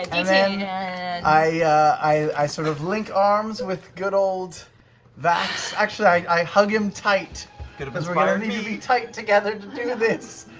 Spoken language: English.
and then i sort of link arms with good old vax. actually, i hug him tight because we've gotta and be tight together to do this,